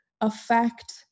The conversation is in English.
affect